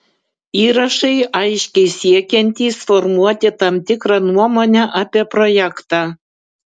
įrašai aiškiai siekiantys formuoti tam tikrą nuomonę apie projektą